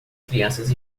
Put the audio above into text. crianças